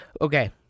Okay